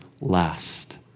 last